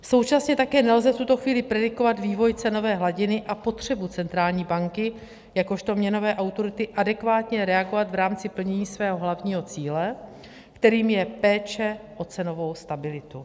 Současně také nelze v tuto chvíli predikovat vývoj cenové hladiny a potřebu centrální banky jakožto měnové autority adekvátně reagovat v rámci plnění svého hlavního cíle, kterým je péče o cenovou stabilitu.